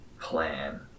plan